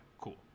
cool